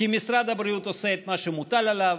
כי משרד הבריאות עושה את מה שמוטל עליו,